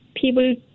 people